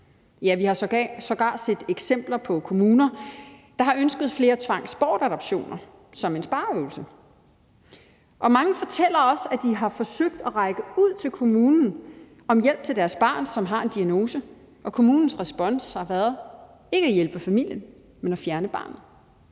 Ja, vi har sågar set eksempler på kommuner, der har ønsket flere tvangsbortadoptioner som en spareøvelse. Mange fortæller også, at de har forsøgt at række ud til kommunen om hjælp til deres barn, som har en diagnose, og kommunens respons har været ikke at hjælpe familien, men at fjerne barnet.